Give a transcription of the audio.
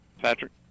Patrick